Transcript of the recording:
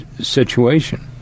situation